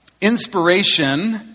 Inspiration